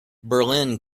berlin